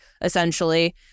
essentially